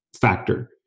factor